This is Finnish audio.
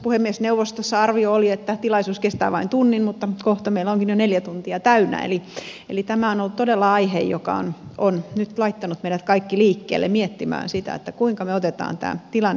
puhemiesneuvostossa arvio oli että tilaisuus kestää vain tunnin mutta kohta meillä onkin jo neljä tuntia täynnä eli tämä on ollut todella aihe joka on nyt laittanut meidät kaikki liikkeelle miettimään sitä kuinka me otamme tämän tilanteen haltuun